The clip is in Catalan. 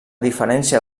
diferència